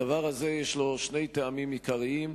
הדבר הזה, יש לו שני טעמים עיקריים.